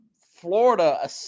Florida